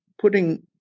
putting